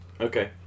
Okay